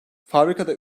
fabrikada